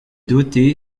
doté